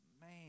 Man